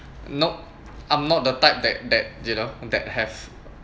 nope I'm not the type that that you know that have